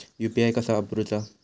UPI कसा वापरूचा?